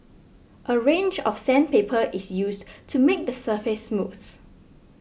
a range of sandpaper is used to make the surface smooth